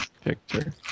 picture